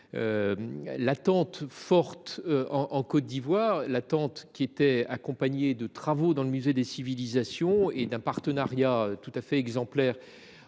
l'attente forte en Côte d'Ivoire, l'attente qui était accompagnée de travaux dans le Musée des civilisations et d'un partenariat tout à fait exemplaire